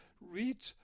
read